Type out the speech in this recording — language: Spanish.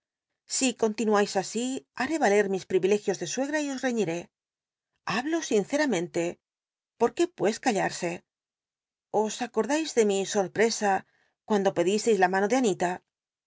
si continuais así haré aler mis privilegios de suegra y os reñiré hablo sinceramente porqué pues callarse os acordais de mi sorpresa cuando pedisteis la mano de an